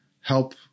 help